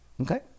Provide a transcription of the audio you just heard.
okay